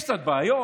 יש קצת בעיות,